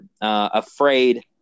afraid